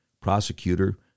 prosecutor